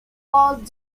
vault